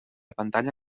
pantalla